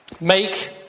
make